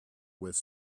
with